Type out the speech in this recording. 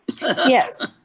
Yes